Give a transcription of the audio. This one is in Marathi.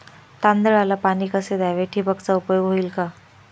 तांदळाला पाणी कसे द्यावे? ठिबकचा उपयोग होईल का?